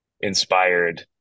inspired